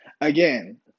again